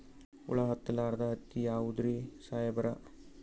ಹುಳ ಹತ್ತಲಾರ್ದ ಹತ್ತಿ ಯಾವುದ್ರಿ ಸಾಹೇಬರ?